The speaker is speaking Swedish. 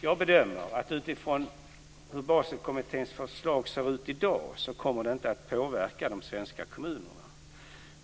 Jag bedömer att som Baselkommitténs förslag ser ut i dag kommer det inte att påverka de svenska kommunerna.